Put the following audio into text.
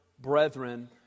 brethren